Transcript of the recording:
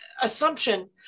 assumption